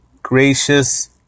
Gracious